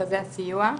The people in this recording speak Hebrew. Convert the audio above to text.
ממרכזי הסיוע,